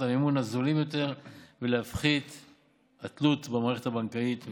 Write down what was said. המימון הזולים יותר ולהפחית את התלות במערכת הבנקאית,